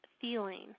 feeling